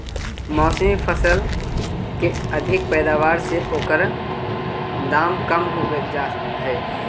मौसमी फसल के अधिक पैदावार से ओकर दाम कम हो जाऽ हइ